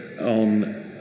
on